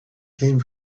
came